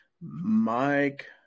Mike